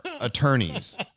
attorneys